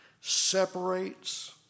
separates